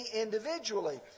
individually